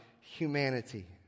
humanity